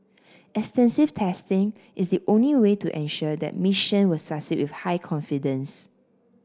extensive testing is the only way to ensure the mission will succeed with high confidence